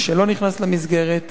מי שלא נכנס למסגרת,